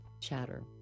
chatter